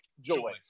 joy